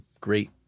great